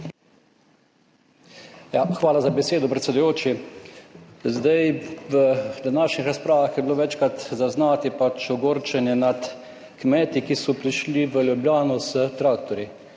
Hvala za besedo, predsedujoči. Zdaj v današnjih razpravah je bilo večkrat zaznati pač ogorčenje nad kmeti, ki so prišli v Ljubljano s traktorji.